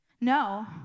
No